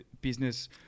business